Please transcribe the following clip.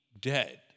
dead